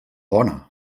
bona